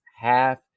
half